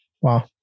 Wow